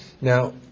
Now